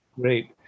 Great